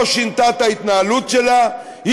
לא שינתה את ההתנהלות שלה.